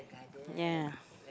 ya